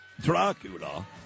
Dracula